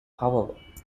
however